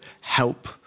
help